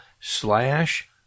slash